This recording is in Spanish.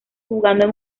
jugando